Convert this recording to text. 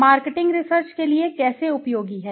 marketing research के लिए कैसे उपयोगी है